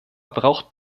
braucht